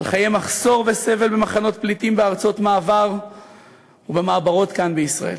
על חיי מחסור וסבל במחנות פליטים בארצות מעבר ובמעברות כאן בישראל.